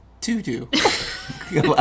Tutu